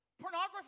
pornography